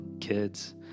kids